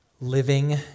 living